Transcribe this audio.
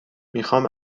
میخواهم